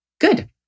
Good